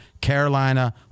Carolina